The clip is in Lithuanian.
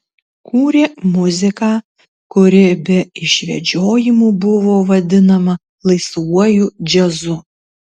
kūrė muziką kuri be išvedžiojimų buvo vadinama laisvuoju džiazu